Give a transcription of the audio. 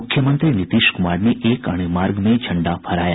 मुख्यमंत्री नीतीश कुमार ने एक अणे मार्ग में झंडा फहराया